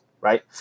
right